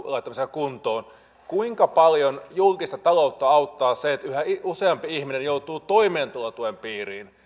kuntoon kuinka paljon julkista taloutta auttaa se että yhä useampi ihminen joutuu toimeentulotuen piiriin